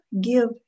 give